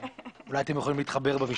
אולי אתם יכולים להתחבר במישור הזה.